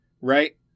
Right